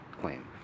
claim